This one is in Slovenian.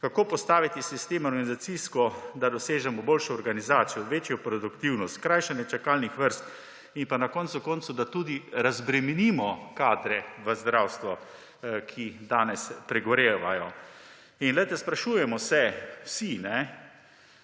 kako postaviti sistem organizacijsko, da dosežemo boljšo organizacijo, večjo produktivnost, skrajšanje čakalnih vrst in pa na koncu koncev, da tudi razbremenimo kadre v zdravstvu, ki danes pregorevajo. Dejansko se vsi